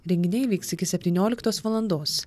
renginiai vyks iki septynioliktos valandos